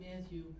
Matthew